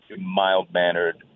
mild-mannered